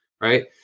right